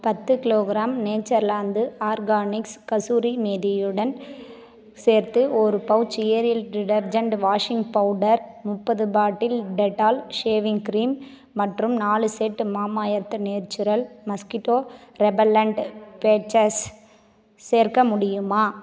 பத்து kilogram Natureland organics kasuri மேதியுடன் சேர்த்து ஒரு pouch Ariel detergent washing powder முப்பது பாட்டில் டெட்டால் ஷேவிங் க்ரீம் மற்றும் நாலு set Mamaearth natural mosquito repellent patches சேர்க்க முடியுமா